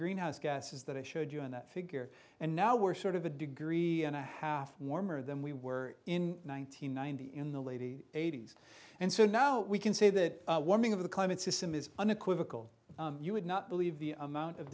greenhouse gases that i showed you in that figure and now we're sort of a degree and a half warmer than we were in one nine hundred ninety in the lady eighty's and so now we can say that warming of the climate system is unequivocal you would not believe the amount of